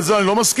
ולזה אני לא מסכים,